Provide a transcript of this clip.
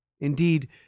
Indeed